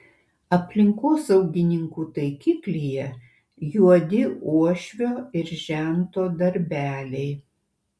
aplinkosaugininkų taikiklyje juodi uošvio ir žento darbeliai